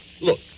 Look